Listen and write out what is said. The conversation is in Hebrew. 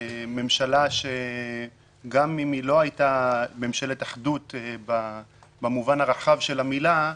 ממשלה שגם אם היא לא הייתה ממשלת אחדות במובן הרחב של המילה,